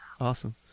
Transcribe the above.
Awesome